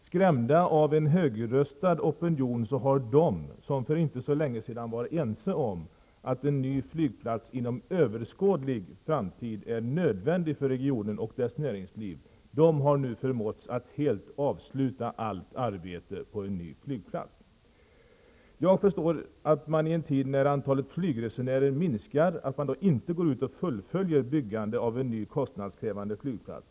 Skrämda av en högröstad opinion har de som för inte så länge sedan var ense om att en ny flygplats inom överskådlig framtid är nödvändig för regionen och dess näringsliv nu förmåtts att helt avsluta allt arbete på en ny flygplats. Jag förstår att man, i en tid när antalet flygresenärer minskar, inte går ut och fullföljer byggandet av en ny kostnadskrävande flygplats.